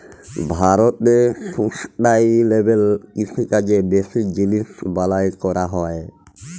ভারতে সুস্টাইলেবেল কিষিকাজ বেশি জিলিস বালাঁয় ক্যরা হ্যয়